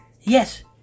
Yes